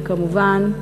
וכמובן,